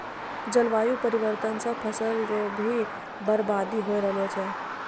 जलवायु परिवर्तन से फसल रो भी बर्बादी हो रहलो छै